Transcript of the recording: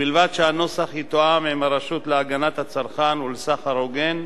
ובלבד שהנוסח יתואם עם הרשות להגנת הצרכן ולסחר הוגן,